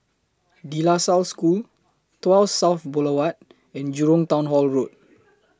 De La Salle School Tuas South Boulevard and Jurong Town Hall Road